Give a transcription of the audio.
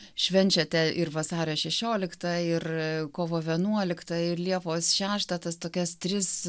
švenčiate ir vasario šešioliktą ir kovo vienuoliktą ir liepos šeštą tas tokias tris